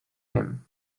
him